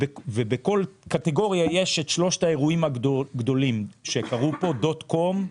ובכל קטגוריה יש את שלושת האירועים הגדולים שקרו פה: דוט-קום,